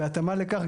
בהתאמה לכך,